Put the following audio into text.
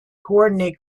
coordinate